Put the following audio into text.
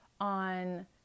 on